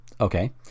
Okay